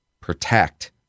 protect